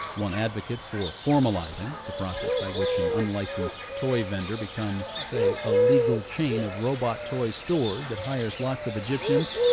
one advocate for formalizing, the process by which an unlicensed toy vendor becomes say, a legal chain of robot toy stores that hires lots of egyptians,